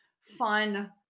fun